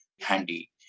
handy